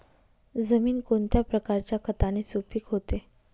जमीन कोणत्या प्रकारच्या खताने सुपिक होते?